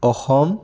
Assam